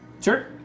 Sure